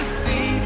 see